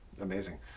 amazing